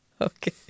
Okay